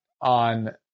on